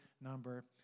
number